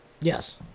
Yes